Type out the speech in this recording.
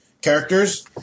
characters